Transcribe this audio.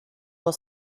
will